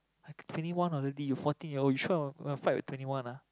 I twenty one already you fourteen year old you sure you wanna fight twenty one ah